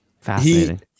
Fascinating